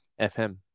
FM